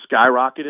skyrocketed